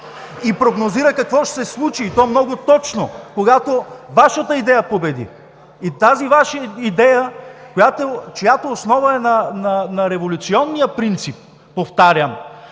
и прогнозира какво ще се случи, и то много точно, когато Вашата идея победи, или тази Ваша идея, чиято основа е на революционния принцип, повтарям